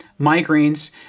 migraines